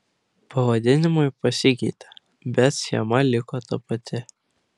pavadinimai pasikeitė bet schema liko ta pati